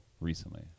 recently